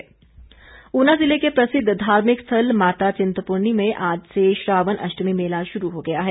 श्रावण मेले ऊना जिले के प्रसिद्ध धार्मिक स्थल माता चिन्तपुर्णी में आज से श्रावण अष्टमी मेला शुरू हो गया है